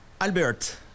Albert